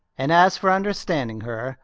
and as for understanding her,